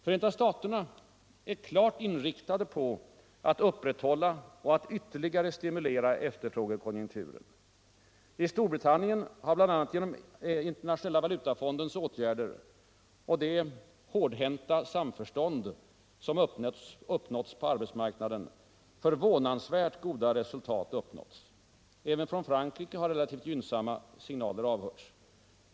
Förenta staterna är klart inriktade på att upprätthålla och att ytterligare stimulera efterfrågekonjunkturen. I Storbritannien har bl.a. genom Internationella valutafondens åtgärder och det hårdhänta samförstånd som uppnåtts på arbetsmarknaden förvånansvärt goda resultat uppnåtts. Även från Frankrike har relativt gynnsamma signaler avhörts.